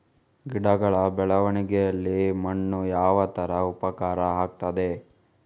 ಗಿಡಗಳ ಬೆಳವಣಿಗೆಯಲ್ಲಿ ಮಣ್ಣು ಯಾವ ತರ ಉಪಕಾರ ಆಗ್ತದೆ?